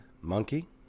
Monkey